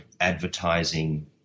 advertising